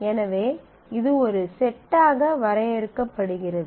எனவே இது ஒரு செட்டாக வரையறுக்கப்படுகிறது